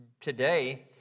today